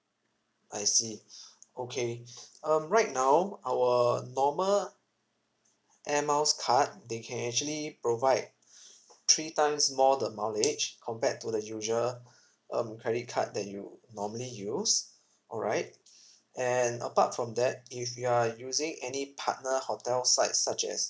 I see okay um right now our normal air miles card they can actually provide three times more the mileage compared to the usual um credit card that you normally use alright and apart from that if you are using any partner hotels sites such as